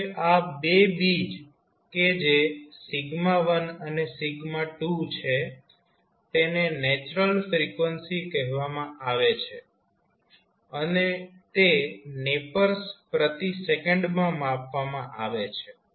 હવે આ બે બીજ કે જે 1 અને 2 છે તેને નેચરલ ફ્રીક્વન્સી કહેવામાં આવે છે અને તે નેપર્સ પ્રતિ સેકન્ડ માં માપવામાં આવે છે